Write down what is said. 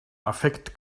affekt